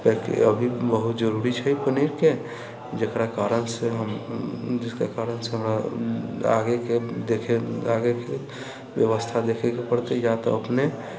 अभी बहुत जरूरी छै पनीरके जकरा कारणसँ हम जकरा कारणसँ हमरा आगेके देखै आगेके व्यवस्था देखयके पड़तै या तऽ अपने